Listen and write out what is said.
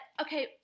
okay